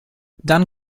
dann